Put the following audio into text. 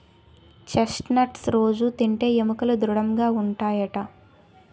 chest nuts రొజూ తింటే ఎముకలు దృడముగా ఉంటాయట